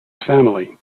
family